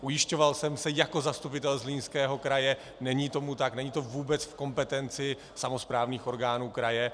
Ujišťoval jsem se jako zastupitel Zlínského kraje není tomu tak, není to vůbec v kompetenci samosprávných orgánů kraje.